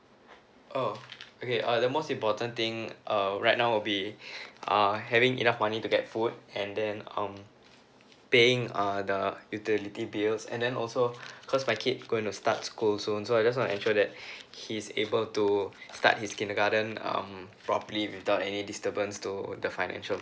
oh okay uh the most important thing err right now will be uh having enough money to get food and then um paying uh the utility bills and then also cause my kid going to start school soon so I just want to ensure that he's able to start his kindergarten um properly without any disturbance to the financial